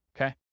Okay